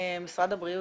משרד הבריאות,